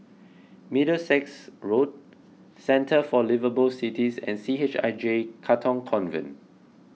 Middlesex Road Centre for Liveable Cities and C H I J Katong Convent